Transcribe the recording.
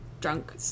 drunk